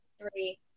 three